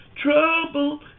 Trouble